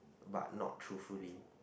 but not truly